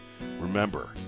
Remember